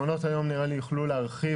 נראה לי שנציגי מעונות היום יוכלו להרחיב